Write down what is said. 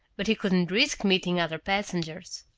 but he couldn't risk meeting other passengers.